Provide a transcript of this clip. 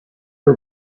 her